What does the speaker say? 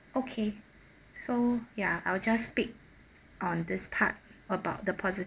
okay so ya I will just pick on this part about the positive